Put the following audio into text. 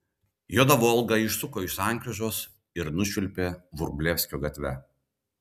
juoda volga išsuko iš sankryžos ir nušvilpė vrublevskio gatve